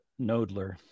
Nodler